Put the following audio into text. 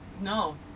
No